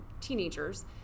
teenagers